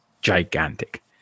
gigantic